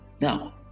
Now